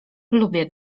lubię